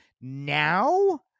now